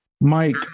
Mike